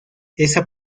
esa